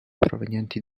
provenienti